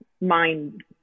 mind